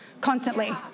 constantly